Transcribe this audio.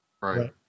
right